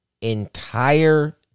entire